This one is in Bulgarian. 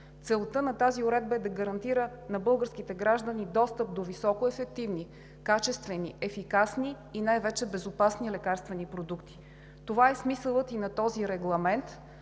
Целта на тази уредба е да гарантира на българските граждани достъп до високоефективни, качествени, ефикасни и най-вече безопасни лекарствени продукти. Това е смисълът и на този регламент.